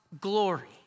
glory